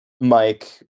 Mike